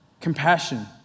compassion